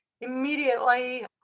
immediately